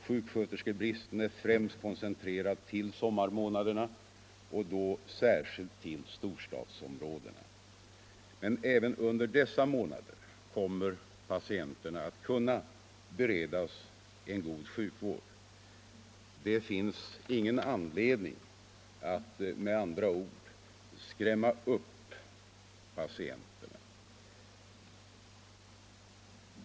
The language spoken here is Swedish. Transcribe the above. Sjuksköterskebristen är främst koncentrerad till sommarmånaderna och då särskilt till storstadsområdena. Men även under dessa månader kommer patienterna att kunna beredas en god sjukvård. Med andra ord, det finns ingen anledning att skrämma upp patienterna.